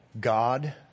God